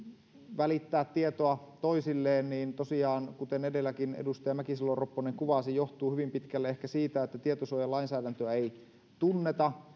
välittää tietoa toisilleen kuten edelläkin edustaja mäkisalo ropponen kuvasi tosiaan johtuu hyvin pitkälle ehkä siitä että tietosuojalainsäädäntöä ei tunneta